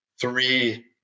three